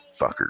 fuckers